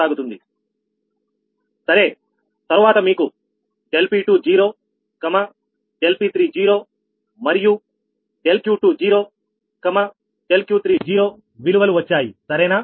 సరే తర్వాత మీకు ∆P20 ∆P30 మరియు ∆Q20∆Q30విలువలు వచ్చాయి సరేనా